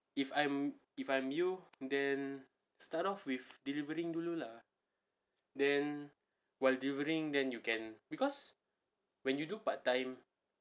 if I'm if I'm you then start off with delivering dulu lah then while delivering then you can because when you do part time